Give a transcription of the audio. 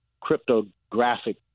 cryptographic